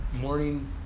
morning